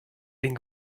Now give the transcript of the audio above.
den